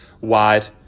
wide